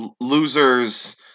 losers –